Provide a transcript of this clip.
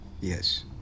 yes